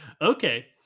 Okay